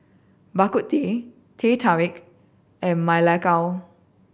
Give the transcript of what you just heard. Bak Kut Teh Teh Tarik and Ma Lai Gao